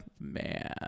man